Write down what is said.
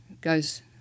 goes